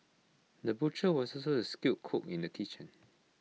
the butcher was also A skilled cook in the kitchen